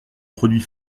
produit